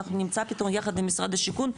אנחנו נמצא פתרון יחד עם משרד השיכון,